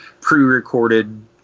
pre-recorded